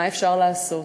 מה אפשר לעשות?